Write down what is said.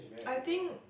I think